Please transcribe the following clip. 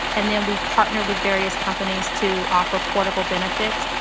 and then we've partnered with various companies to offer portable benefits,